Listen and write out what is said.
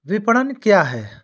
विपणन क्या है?